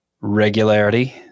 regularity